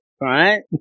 right